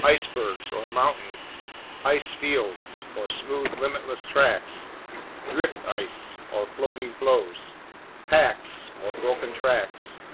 icebergs, or mountains ice fields, or smooth, limitless tracts drift ice, or floating floes packs, or broken tracts,